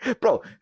bro